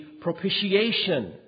propitiation